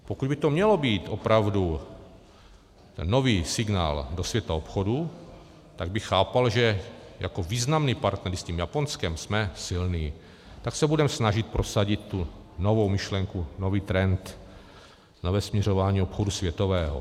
Pokud by to měl být opravdu nový signál do světa obchodu, tak bych chápal, že jako významný partner s tím Japonskem jsme silní, tak se budeme snažit prosadit tu novou myšlenku, nový trend na směřování obchodu světového.